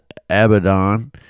Abaddon